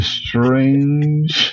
strange